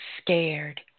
scared